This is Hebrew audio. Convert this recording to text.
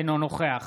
אינו נוכח